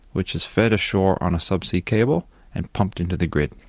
which is fed ashore on a sub-sea cable and pumped into the grid.